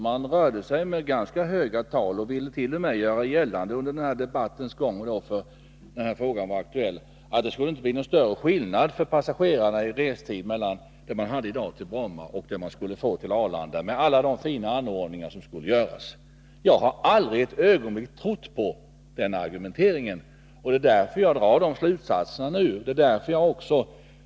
Man rörde sig med ganska höga tal och ville, under debattens gång då den här frågan var aktuell, t.o.m. göra gällande att det inte skulle bli någon större skillnad i restid för passagerarna när inrikesflyget flyttar från Bromma till Arlanda — med alla de fina anordningar som skulle göras! Jag har aldrig ett ögonblick trott på den argumenteringen, och jag har dragit slutsatsen av det.